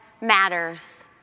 matters